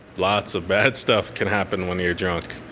lots of bad stuff can happen when you're drunk.